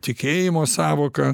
tikėjimo sąvoką